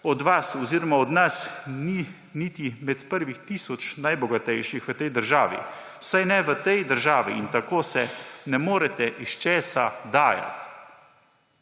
od vas oziroma od nas ni niti med prvimi tisočimi najbogatejšimi v tej državi, vsaj ne v tej državi, in tako ne morete iz česa dajati.